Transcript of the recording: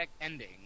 ending